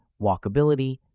Walkability